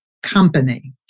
company